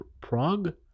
Prague